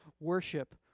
worship